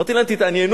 אמרתי להם: תתעניינו.